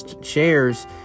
shares